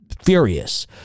Furious